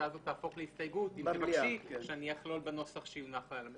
ההצעה הזאת תהפוך להסתייגות אם תבקשי שאני אכלול בנוסח שיונח.